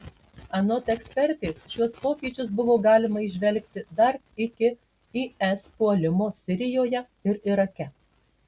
anot ekspertės šiuos pokyčius buvo galima įžvelgti dar iki is puolimo sirijoje ir irake